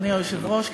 אדוני היושב-ראש,